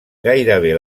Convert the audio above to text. gairebé